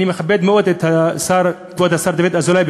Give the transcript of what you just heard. אני מכבד מאוד את כבוד השר דוד אזולאי,